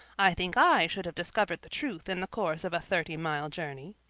i think i should have discovered the truth in the course of a thirty-mile journey.